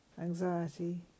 Anxiety